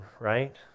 Right